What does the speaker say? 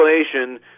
explanation